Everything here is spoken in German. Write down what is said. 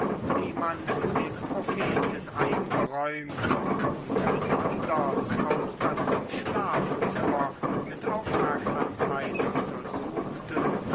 die man dem propheten eingeräumt und besonders auch das schlafzimmer mit aufmerksamkeit untersuchten